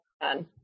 done